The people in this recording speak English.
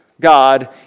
God